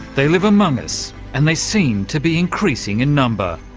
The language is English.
they live among us, and they seem to be increasing in number.